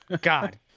God